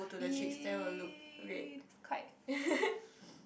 !ee! that's quite